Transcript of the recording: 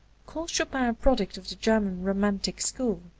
calls chopin a product of the german romantic school.